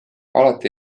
alati